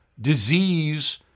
disease